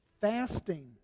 Fasting